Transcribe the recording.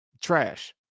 trash